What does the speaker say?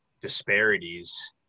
disparities